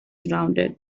rounded